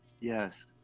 yes